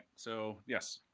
so yes,